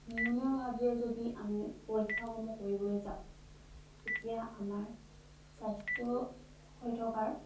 নিয়মীয়াভাৱে যদি আমি পৰীক্ষাসমূহ কৰিবলৈ যাওঁ তেতিয়া আমাৰ স্বাস্থ্য হৈ থকাৰ